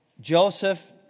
Joseph